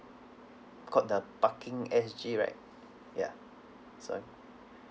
got the parking S_G right ya sorry